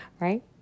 right